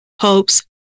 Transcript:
hopes